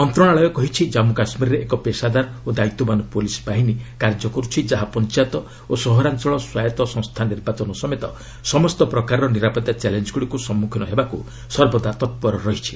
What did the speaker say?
ମନ୍ତ୍ରଶାଳୟ କହିଛି ଜନ୍ମୁ କାଶ୍ମୀରରେ ଏକ ପେସାଦାର ଓ ଦାୟିତ୍ୱବାନ୍ ପୁଲିସ୍ ବାହିନୀ କାର୍ଯ୍ୟ କରୁଛି ଯାହା ପଞ୍ଚାୟତ ଓ ସହରାଞ୍ଚଳ ସ୍ୱାୟତ୍ତ ସଂସ୍ଥା ନିର୍ବାଚନ ସମେତ ସମସ୍ତ ପ୍ରକାରର ନିରାପତ୍ତା ଚ୍ୟାଲେଞ୍ଗୁଡ଼ିକୁ ସମ୍ମଖୀନ ହେବାକୁ ସର୍ବଦା ତତ୍ପର ରହିଛି